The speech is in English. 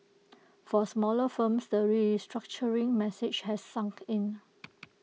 for smaller firms the restructuring message has sunk in